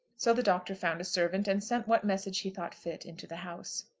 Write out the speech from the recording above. so the doctor found a servant, and sent what message he thought fit into the house.